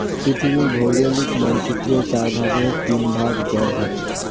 পৃথিবীর ভৌগোলিক মানচিত্রের চার ভাগের তিন ভাগ জল থাকে